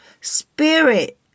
spirit